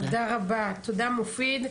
תודה רבה, תודה, מופיד.